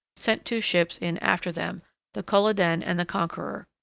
sent two ships in after them the culloden and the conqueror.